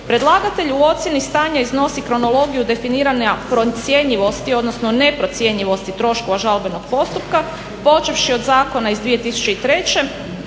Predlagatelj u ocjeni stanja iznosi kronologiju definirane procjenjivosti odnosno neprocjenjivosti troškova žalbenog postupka počevši od zakona iz 2003.u